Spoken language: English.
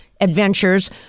adventures